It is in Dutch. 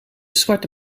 zwarte